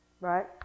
right